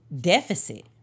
deficit